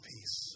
Peace